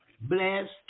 Blessed